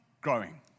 growing